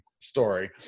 story